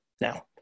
now